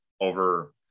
over